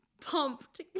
pumped